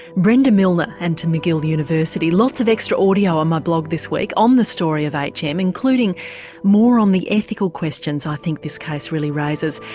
brenda milner and to mcgill university, lots of extra audio on my blog this week on the story of hm, including more on the ethical questions i think this case really raises.